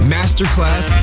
Masterclass